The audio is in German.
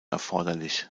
erforderlich